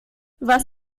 was